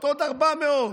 תודה רבה.